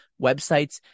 websites